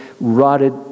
rotted